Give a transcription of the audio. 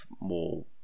more